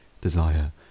desire